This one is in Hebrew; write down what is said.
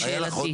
לשאלתי.